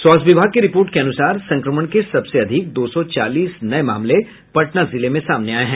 स्वास्थ्य विभाग की रिपोर्ट के अनुसार संक्रमण के सबसे अधिक दो सौ चालीस नये मामले पटना जिले में सामने आये हैं